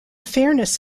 fairness